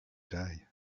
day